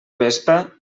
vespa